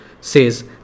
says